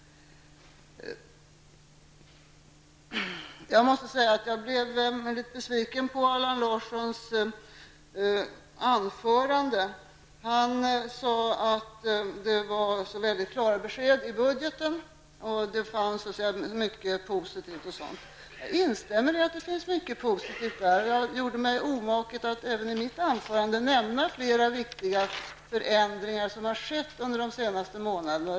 Jag måste säga att jag blev besviken på Allan Larssons anförande. Han sade att det ges klara besked i budgetpropositionen och att det i denna finns mycket positivt. Jag instämmer att det finns mycket positivt i budgetpropositionen, och jag gjorde mig omaket att i mitt anförande nämna flera viktiga förändringar som skett under de senaste månaderna.